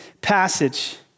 passage